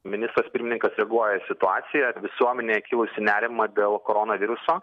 ministras pirmininkas reaguoja į situaciją visuomenėje kilusį nerimą dėl koronaviruso